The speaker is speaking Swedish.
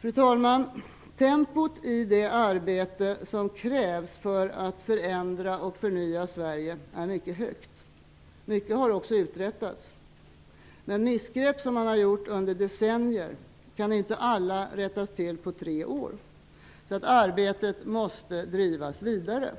Fru talman! Tempot i det arbete som krävs för att förändra och förnya Sverige är mycket högt. Mycket har också uträttats. Men missgrepp som har gjorts under decennier kan inte alla rättas till på tre år. Arbetet måste drivas vidare.